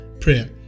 prayer